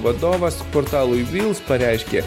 vadovas portalui vils pareiškė